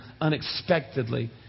unexpectedly